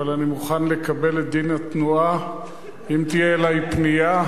אבל אני מוכן לקבל את דין התנועה אם תהיה אלי פנייה.